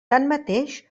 tanmateix